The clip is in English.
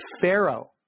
Pharaoh